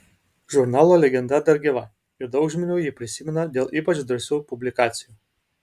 žurnalo legenda dar gyva ir daug žmonių jį prisimena dėl ypač drąsių publikacijų